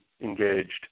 engaged